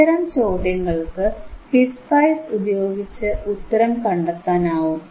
ഇത്തരം ചോദ്യങ്ങൾക്ക് പിസ്പൈസ് ഉപയോഗിച്ച് ഉത്തരം കണ്ടെത്താനാവും